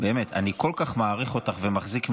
אני כל כך מעריך אותך ומחזיק ממך,